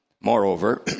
Moreover